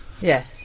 Yes